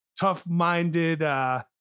tough-minded